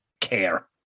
care